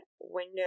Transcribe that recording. window